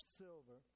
silver